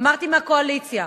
אמרתי, שניהם מהקואליציה,